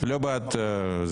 מי בעד?